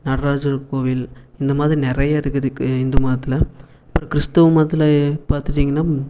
நட்ராஜர் கோவில் இந்த மாதிரி நிறையா இருக்குதுக்கு இந்து மதத்தில் அப்புறோம் கிறிஸ்துவ மதத்தில் பார்த்துட்டிங்கனா